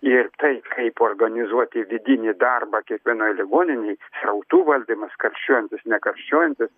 ir tai kaip organizuoti vidinį darbą kiekvienoj ligoninėj srautų valdymas karščiuojantys nekarščiuojantys